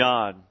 God